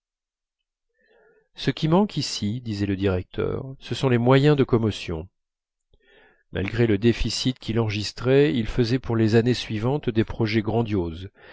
ce qui manque ici disait le directeur ce sont les moyens de commotion malgré le déficit qu'il enregistrait il faisait pour les années suivantes des projets grandioses